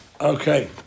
Okay